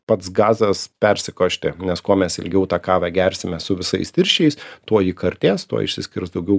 pats gazas persikošti nes kuo mes ilgiau tą kavą gersime su visais tirščiais tuo ji kartės tuo išsiskirs daugiau